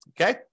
Okay